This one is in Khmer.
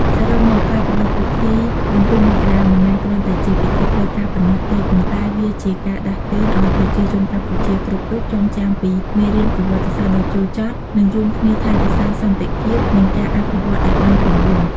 សរុបមកការប្រារព្ធពិធី៧ មករា មិនមែនគ្រាន់តែជាពិធីផ្លូវការប៉ុណ្ណោះទេ ប៉ុន្តែវាជាការដាស់តឿនឲ្យប្រជាជនកម្ពុជាគ្រប់រូបចងចាំពីមេរៀនប្រវត្តិសាស្ត្រដ៏ជូរចត់ និងរួមគ្នាថែរក្សាសន្តិភាព និងការអភិវឌ្ឍន៍ឲ្យបានគង់វង្ស។